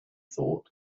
thought